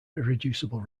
irreducible